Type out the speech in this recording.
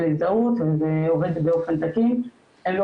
להזדהות וזה עובד באופן תקין' הם לא